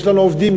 יש לנו עובדים,